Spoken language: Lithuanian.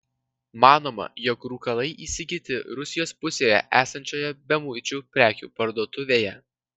manoma jog rūkalai įsigyti rusijos pusėje esančioje bemuičių prekių parduotuvėje